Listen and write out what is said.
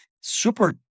super